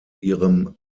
ihrem